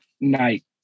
night